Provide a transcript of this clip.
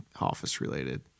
office-related